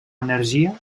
energia